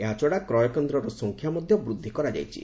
ଏହାଛଡ଼ା କ୍ରୟକେନ୍ଦ୍ରର ସଂଖ୍ୟା ମଧ୍ୟ ବୃଦ୍ଧି କରାଯାଇଛି